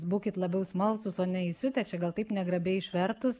būkit labiau smalsūs o ne įsiutę čia gal taip negrabiai išvertus